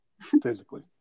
physically